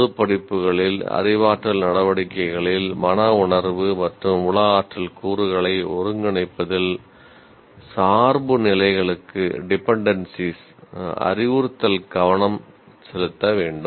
பொதுப் படிப்புகளில் அறிவாற்றல் நடவடிக்கைகளில் மனவுணர்வு மற்றும் உள ஆற்றல் கூறுகளை ஒருங்கிணைப்பதில் சார்புநிலைகளுக்கு அறிவுறுத்தல் கவனம் செலுத்த வேண்டும்